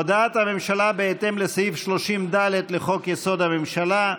הודעת הממשלה בהתאם לסעיף 30(ד) לחוק-יסוד: הממשלה,